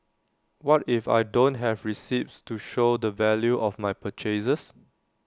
what if I don't have receipts to show the value of my purchases